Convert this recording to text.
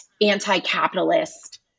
anti-capitalist